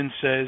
says